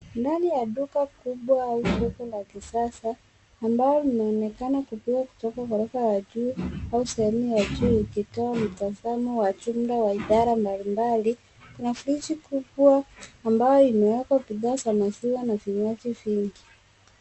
Ndani ya duka kubwa au soko la kisasa ambalo linaonekana kukuwa kutoka ghorofa ya juu au sehemu ya juu ikitoa mtazamo wa jumla wa idala mbalimbali. Kuna friji kubwa ambayo imewekwa bidhaa za maziwa na vinywaji vingi.